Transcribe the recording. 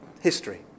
history